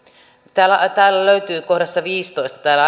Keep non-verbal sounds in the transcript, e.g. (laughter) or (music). täällä täällä löytyy kohdassa viisitoista täällä (unintelligible)